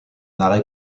arrêt